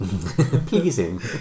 pleasing